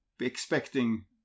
expecting